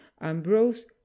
Ambrose